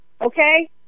okay